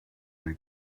they